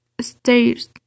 stairs